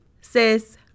Sis